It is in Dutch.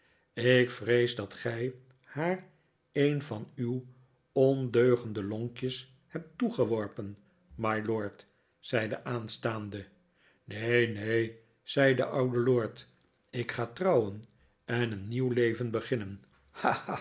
ik vrees dat gij haar een van uw ondeugende lonkjes hebt toegeworpen mylord zei de aanstaande neen neen zei de oude lord ik ga trouwen en een nieuw leven beginnen